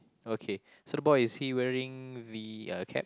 okay so what the boy is he wearing the a cap